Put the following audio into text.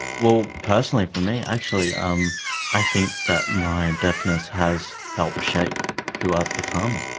well, personally, for me, actually um i think that my and deafness has helped shape who i've become.